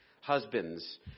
Husbands